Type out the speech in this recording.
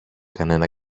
κανένα